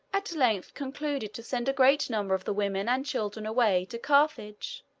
at length concluded to send a great number of the women and children away to carthage,